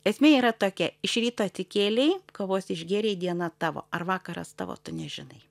esmė yra tokia iš ryto atsikėlei kavos išgėrei diena tavo ar vakaras tavo tu nežinai